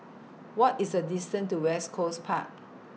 What IS The distance to West Coast Park